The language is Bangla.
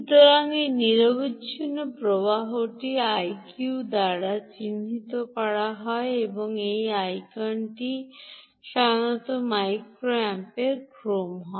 সুতরাং এই নিরবচ্ছিন্ন প্রবাহটি q দ্বারা চিহ্নিত করা হয় এবং এই আইকনটি সাধারণত মাইক্রো অ্যাম্পের ক্রম হয়